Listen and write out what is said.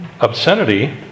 obscenity